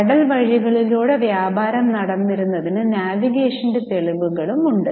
കടൽ വഴികളിലൂടെ വ്യാപാരം നടന്നിരുന്നതിനു നാവിഗേഷൻറെ തെളിവുകളും ഉണ്ട്